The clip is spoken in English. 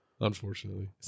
Unfortunately